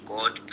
God